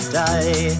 die